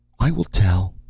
i will tell.